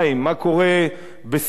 מה קורה בסוריה,